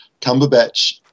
Cumberbatch